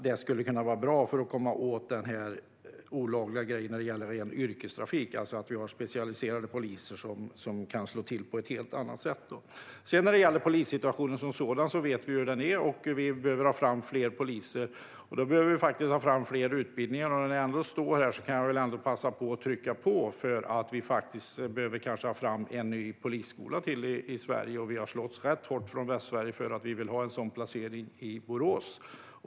Det skulle kunna vara bra för att komma åt det olagliga när det gäller ren yrkestrafik att vi har specialiserade poliser som kan slå till på ett helt annat sätt. När det gäller polissituationen som sådan vet vi hur den är. Vi behöver ha fram fler poliser, och då behöver vi ha fler utbildningar. När jag ändå står här kan jag passa på att trycka på för att vi kanske behöver ha en till ny polisskola i Sverige. Vi har slagits rätt hårt från Västsverige för att vi vill ha en sådan placering i Borås.